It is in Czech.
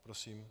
Prosím.